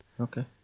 Okay